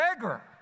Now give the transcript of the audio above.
beggar